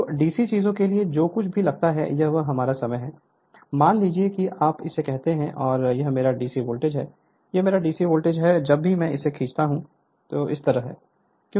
तो डीसी चीजों के लिए जो कुछ भी लगता है कि यह हमारा समय है मान लीजिए कि आप इसे कहते हैं और यह मेरा डीसी वोल्टेज है यह मेरा डीसी वोल्टेज है जब भी मैं इसे खींचता हूं यह इस तरह है